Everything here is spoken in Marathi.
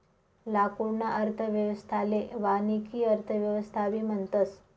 लाकूडना अर्थव्यवस्थाले वानिकी अर्थव्यवस्थाबी म्हणतस